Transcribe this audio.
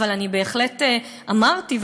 אבל בהחלט אמרתי,